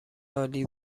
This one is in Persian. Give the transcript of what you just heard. عالی